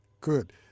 Good